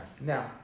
Now